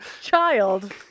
child